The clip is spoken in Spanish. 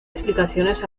explicaciones